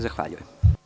Zahvaljujem.